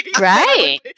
Right